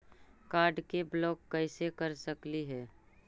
Card के block कैसे कर सकली हे?